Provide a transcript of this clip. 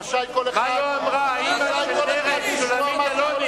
רשאי כל אחד לשמוע מה שהוא רוצה,